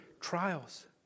trials